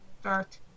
start